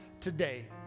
today